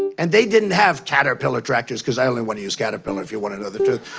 and they didn't have caterpillar tractors, because i only want to use caterpillar, if you want to know the truth.